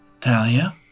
Talia